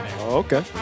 okay